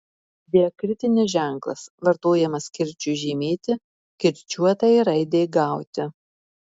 diakritinis ženklas vartojamas kirčiui žymėti kirčiuotai raidei gauti